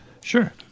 Sure